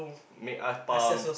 make us pump